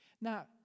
Now